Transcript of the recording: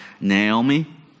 Naomi